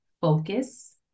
Focus